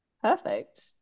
Perfect